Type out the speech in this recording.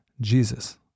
Jesus